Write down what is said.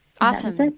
Awesome